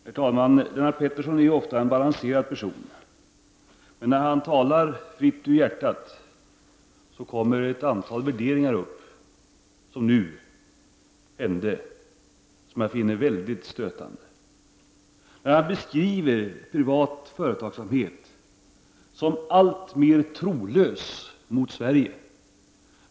Herr talman! Lennart Pettersson är ofta en balanserad person. Men när han talar fritt ur hjärtat kommer ett antal värderingar fram — det är vad som nyss skedde. Jag finner dessa värderingar väldigt stötande. Lennart Pettersson beskriver privat företagsamhet som alltmer trolös gentemot Sverige.